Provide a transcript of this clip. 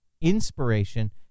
inspiration